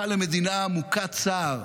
הפכה למדינה מוכת צער,